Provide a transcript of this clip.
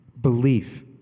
belief